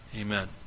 Amen